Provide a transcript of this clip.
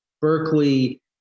Berkeley